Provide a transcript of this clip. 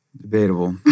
Debatable